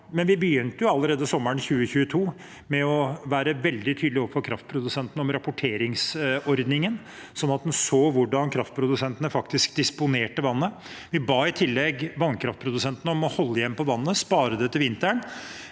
Vi begynte allerede sommeren 2022 med å være veldig tydelig overfor kraftprodusentene om rapporteringsordningen, slik at en så hvordan kraftprodusentene faktisk disponerte vannet. Vi ba i tillegg vannkraftprodusentene om å holde igjen på vannet, spare det til vinteren,